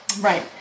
right